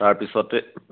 তাৰপিছতে